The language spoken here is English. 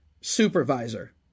supervisor